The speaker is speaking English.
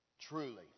Truly